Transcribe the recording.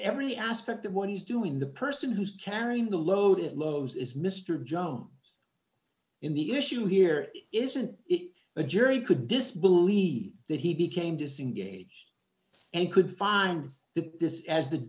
every aspect of what he's doing the person who's carrying the load it loves is mr jones in the issue here isn't it the jury could this believe that he became disengaged and could find that this is as the